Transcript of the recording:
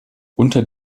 unter